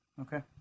Okay